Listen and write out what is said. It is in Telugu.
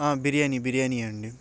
బిర్యానీ బిర్యానీ అండి